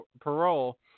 parole